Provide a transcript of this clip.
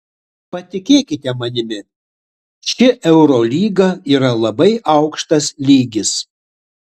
patikėkite manimi ši eurolyga yra labai aukštas lygis